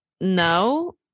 no